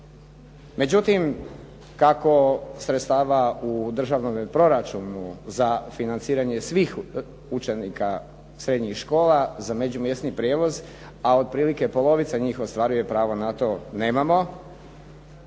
Međutim, kako sredstava u državnome proračunu za financiranje svih učenika srednjih škola za međumjesni prijevoz a otprilike polovica njih ostvaruje pravo na to nemamo,